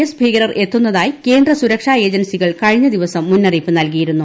S ഭീകരർ എത്തുന്നതായി കേന്ദ്ര സുരക്ഷാ ഏജൻസികൾ കഴിഞ്ഞ ദിവസം മുന്നറിയിപ്പ് നൽകിയിരുന്നു